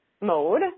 mode